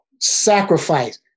Sacrifice